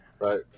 right